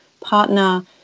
partner